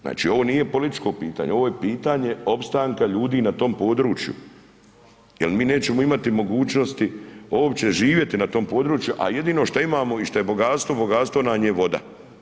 Znači, ovo nije političko pitanje, ovo je pitanje opstanka ljudi na tom području jel mi nećemo imati mogućnosti uopće živjeti na tom području, a jedino šta imamo i šta je bogatstvo, bogatstvo nam je voda.